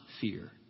fear